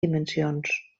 dimensions